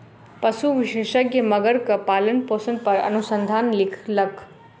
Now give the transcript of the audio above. पशु विशेषज्ञ मगरक पालनपोषण पर अनुसंधान लिखलक